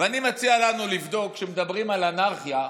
ואני מציע לנו לבדוק, כשמדברים על אנרכיה,